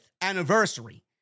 anniversary